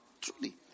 Truly